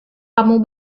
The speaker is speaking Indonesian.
kamu